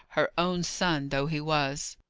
her own son though he was.